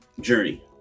journey